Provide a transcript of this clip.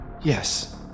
Yes